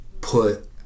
put